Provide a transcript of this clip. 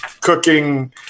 cooking